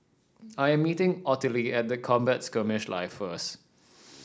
I am meeting Ottilie at the Combat Skirmish Live first